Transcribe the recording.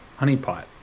honeypot